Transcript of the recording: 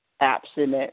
absent